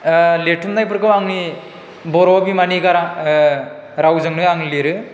लेरथुमनायफोरखौ आंनि बर' बिमानि गारां रावजोंनो आं लिरो